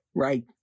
Right